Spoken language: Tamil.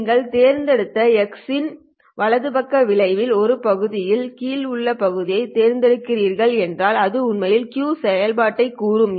நீங்கள் தேர்ந்தெடுத்த x இன் வலது பக்க வளைவின் இந்த பகுதியின் கீழ் உள்ள பகுதியைத் தேடுகிறீர்கள் என்றால் அது உண்மையில் Q செயல்பாட்டைக் கூறும்